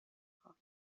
خوام